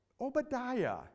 Obadiah